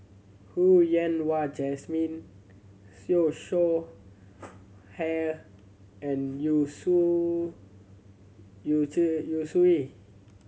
Ho Yen Wah Jesmine Siew Shaw Hair and Yu Su Yu Zhe Yu Suye